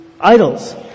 idols